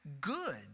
good